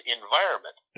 environment